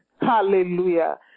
Hallelujah